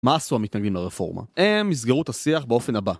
מה עשו המתנגדים לרפורמה? הם מסגרו את השיח באופן הבא.